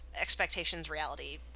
expectations-reality